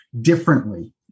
differently